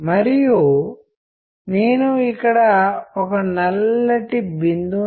కనుక మీరు చూడవచ్చు ఇది ఇంటర్ప్రిటేషన్